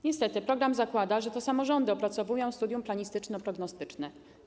Niestety program zakłada, że to samorządy opracowują studium planistyczno-prognostyczne.